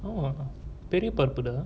பெரிய பருப்பு டா:periya parupu da